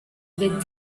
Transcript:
bit